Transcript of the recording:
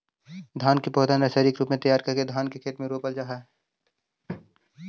धान के पौधा नर्सरी के रूप में तैयार करके धान के खेत में रोपल जा हइ